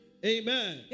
Amen